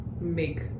make